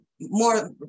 more